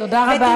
תודה רבה.